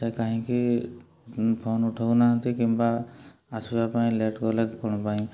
ସେ କାହିଁକି ଫୋନ୍ ଉଠଉନାହାନ୍ତି କିମ୍ବା ଆସିବା ପାଇଁ ଲେଟ୍ କଲେ କ'ଣ ପାଇଁ